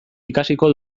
ikasiko